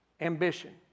ambition